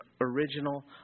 original